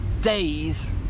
days